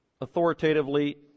Authoritatively